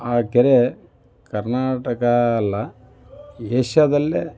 ಆ ಕೆರೆ ಕರ್ನಾಟಕ ಅಲ್ಲ ಏಷ್ಯಾದಲ್ಲೇ